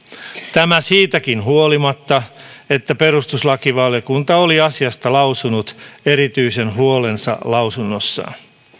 tämä siitäkin huolimatta että perustuslakivaliokunta oli asiasta lausunut erityisen huolensa lausunnossaan